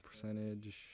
percentage